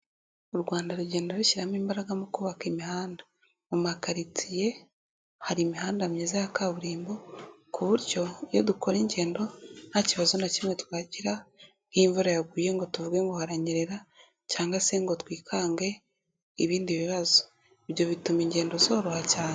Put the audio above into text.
U Rwanda rugenda rushyiramo imbaraga mu kubaka imihanda, mu makarirtsiye hari imihanda myiza ya kaburimbo, ku buryo iyo dukora ingendo nta kibazo na kimwe twagira nk'imvura yaguye ngo tuvuge ngo haranyerera cyangwa se ngo twikange ibindi bibazo, ibyo bituma ingendo zoroha cyane.